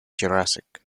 jurassic